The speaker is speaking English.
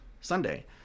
Sunday